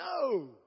No